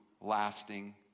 lasting